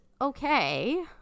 okay